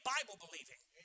Bible-believing